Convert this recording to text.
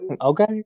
Okay